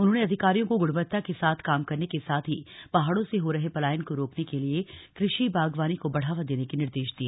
उन्होंने अधिकारियों को गुणवत्ता के साथ काम करने के साथ ही पहाड़ों से हो रहे पलायन को रोकने के लिए कृषि बागवानी को बढ़ावा देने के निर्देश दिए